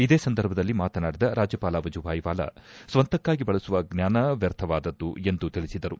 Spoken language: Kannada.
ಇದೇ ಸಂದರ್ಭದಲ್ಲಿ ಮಾತನಾಡಿದ ರಾಜ್ಯಪಾಲ ವಜುಬಾಯಿ ವಾಲಾ ಸ್ವಂತಕ್ಕಾಗಿ ಬಳಸುವ ಜ್ವಾನ ವ್ವರ್ಥವಾದದ್ದು ಎಂದು ತಿಳಿಸಿದರು